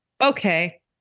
okay